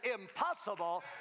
impossible